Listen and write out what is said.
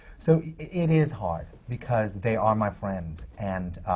so it is hard, because they are my friends, and